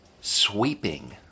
sweeping